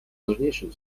важнейшим